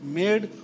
made